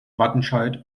wattenscheid